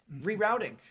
rerouting